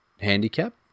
handicap